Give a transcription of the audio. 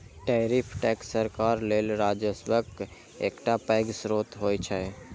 tariff tax सरकार लेल राजस्वक एकटा पैघ स्रोत होइ छै